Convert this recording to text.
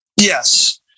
Yes